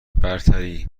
برتری